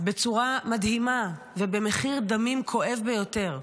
בצורה מדהימה ובמחיר דמים כואב ביותר,